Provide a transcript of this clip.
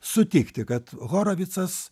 sutikti kad horovicas